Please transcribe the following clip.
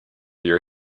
your